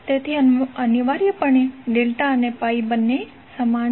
તેથી અનિવાર્યપણે ડેલ્ટા અને પાઇ બંને સમાન છે